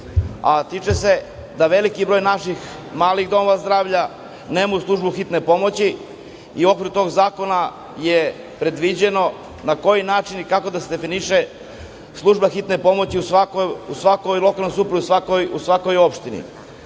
tiče se da veliki broj naših malih domova zdravlja nemaju službu hitne pomoći i okviru tog zakona je predviđeno na koji način i kako da se definiše služba Hitne pomoći u svakoj lokalnoj samoupravi, u svakoj opštini. Bitno